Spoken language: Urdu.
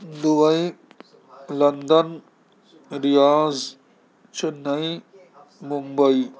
Dubai London Riyadh Chennai Mumbai